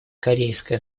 корейская